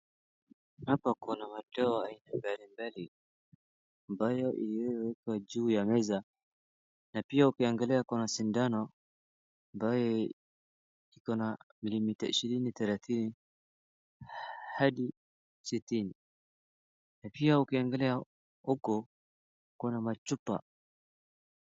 Hapa kuna madawa haina mbalimbali ambayo iliyowekwa juu ya meza na pia ukiangalia kuna sindano ambayo iko milimita ishirini, thelathini hadi sitini na pia ukiangalia uko kuna machupa .